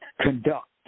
conduct